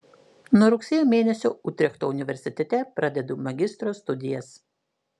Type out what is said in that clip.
nuo rugsėjo mėnesio utrechto universitete pradedu magistro studijas